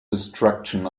destruction